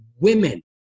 women